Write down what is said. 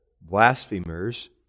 blasphemers